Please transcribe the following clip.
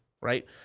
right